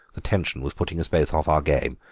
the tension was putting us both off our game.